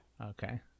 Okay